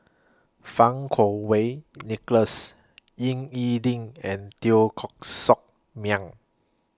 Fang Kuo Wei Nicholas Ying E Ding and Teo Koh Sock Miang